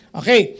okay